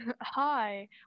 hi